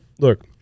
look